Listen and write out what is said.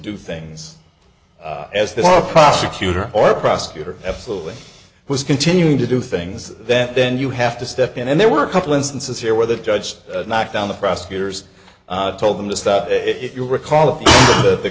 do things as the prosecutor or prosecutor absolutely who is continuing to do things that then you have to step in and there were a couple instances here where the judge knocked down the prosecutors told them to stop it you'll recall th